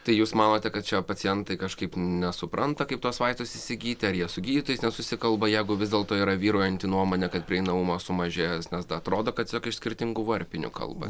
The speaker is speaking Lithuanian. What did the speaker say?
tai jūs manote kad čia pacientai kažkaip nesupranta kaip tuos vaistus įsigyti ar jie su gydytojais nesusikalba jeigu vis dėlto yra vyraujanti nuomonė kad prieinamumas sumažėjęs nes da atrodo kad tsiog iš skirtingų varpinių kalba